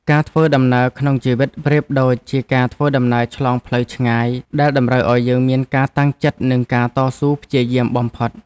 ការធ្វើដំណើរក្នុងជីវិតប្រៀបដូចជាការធ្វើដំណើរផ្លូវឆ្ងាយដែលតម្រូវឱ្យយើងមានការតាំងចិត្តនិងការតស៊ូព្យាយាមបំផុត។